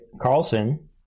Carlson